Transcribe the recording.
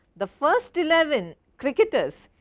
the first eleven cricketers,